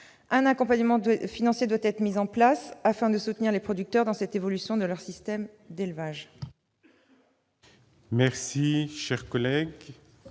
Un accompagnement financier devra être mis en place, afin de soutenir les producteurs dans cette évolution de leurs systèmes d'élevage.